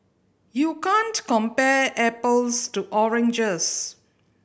you can't compare apples to oranges